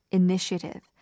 initiative